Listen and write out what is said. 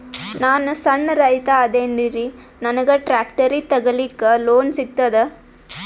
ನಾನ್ ಸಣ್ ರೈತ ಅದೇನೀರಿ ನನಗ ಟ್ಟ್ರ್ಯಾಕ್ಟರಿ ತಗಲಿಕ ಲೋನ್ ಸಿಗತದ?